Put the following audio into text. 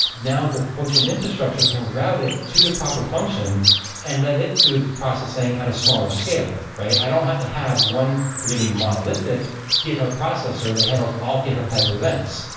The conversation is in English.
now the function infrastructure can route it to the proper function and let it do it the processing at a smaller scale, right? i don't have to have one, forgive me, monolithic github processor that handles all github type of events.